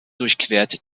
durchquert